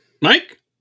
Mike